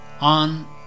on